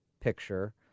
picture